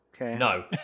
No